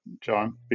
John